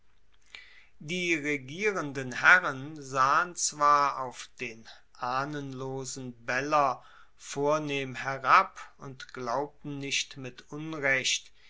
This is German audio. die regierenden herren sahen zwar auf den ahnenlosen beller vornehm herab und glaubten nicht mit unrecht